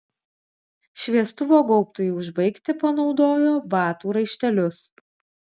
šviestuvo gaubtui užbaigti panaudojo batų raištelius